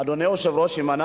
אדוני היושב-ראש, אנחנו